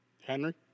Henry